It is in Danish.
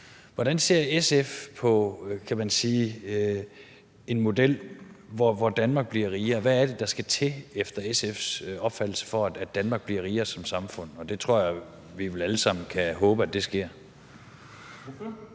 Hvordan ser SF på en model, hvor Danmark bliver rigere? Hvad er det, der efter SF's opfattelse skal til, for at Danmark bliver rigere som samfund? Og det tror jeg vi vel alle sammen kan håbe sker.